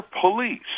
police